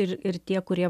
ir ir tie kurie